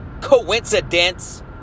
coincidence